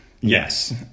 Yes